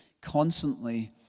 constantly